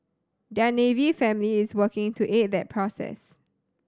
their Navy family is working to aid that process